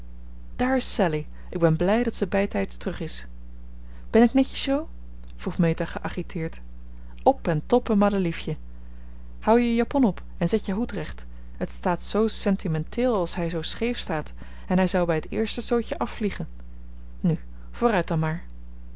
daar is sallie ik ben blij dat ze bijtijds terug is ben ik netjes jo vroeg meta geagiteerd op en top een madeliefje houd je japon op en zet je hoed recht het staat zoo sentimenteel als hij zoo scheef staat en hij zou bij het eerste stootje afvliegen nu vooruit dan maar